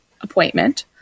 appointment